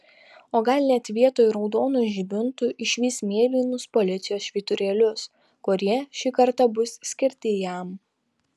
o gal net vietoj raudonų žibintų išvys mėlynus policijos švyturėlius kurie šį kartą bus skirti jam